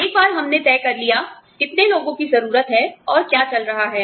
एक बार हमने तय कर लिया कितने लोगों की जरूरत है और क्या चल रहा है